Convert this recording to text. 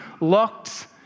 locked